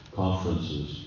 conferences